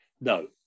no